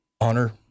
honor